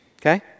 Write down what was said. okay